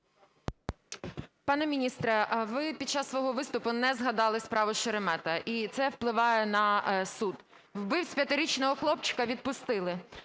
Пане міністре, ви під час свого виступу не згадали справу Шеремета. І це впливає на суд. Вбивць 5-річного хлопчика відпустили.